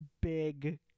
big